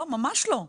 לא, ממש לא.